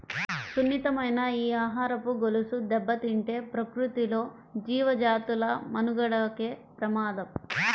సున్నితమైన ఈ ఆహారపు గొలుసు దెబ్బతింటే ప్రకృతిలో జీవజాతుల మనుగడకే ప్రమాదం